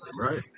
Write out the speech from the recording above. Right